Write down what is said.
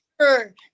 sure